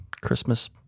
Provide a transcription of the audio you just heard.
Christmas